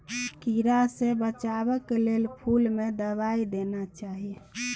कीड़ा सँ बचेबाक लेल फुल में दवाई देना चाही